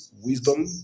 wisdom